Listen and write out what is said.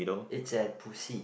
it's at Pu-xi